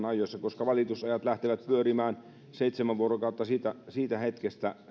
ajoissa koska valitusajat yleensä kuukauden valitusaika lähtevät pyörimään seitsemän vuorokautta siitä siitä hetkestä